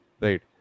Right